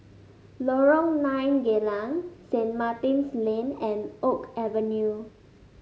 Lorong Nine Geylang Saint Martin's Lane and Oak Avenue